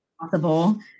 possible